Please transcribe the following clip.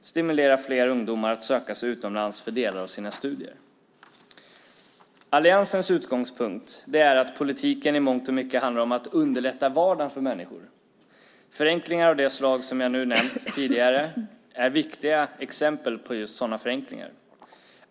stimulera fler ungdomar att söka sig utomlands för delar av sina studier. Alliansens utgångspunkt är att politiken i mångt och mycket handlar om att underlätta vardagen för människor. Förenklingar av det slag som jag nu nämnt är viktiga exempel på detta.